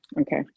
Okay